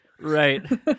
Right